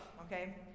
okay